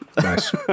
Nice